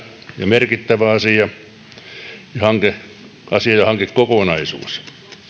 ja merkittävä asia ja hankekokonaisuus ja